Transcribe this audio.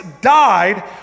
died